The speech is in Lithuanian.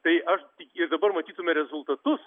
tai aš ir dabar matytumėme rezultatus